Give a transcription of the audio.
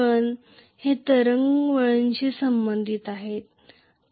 वळण हे तरंग वळणशी संबंधित असते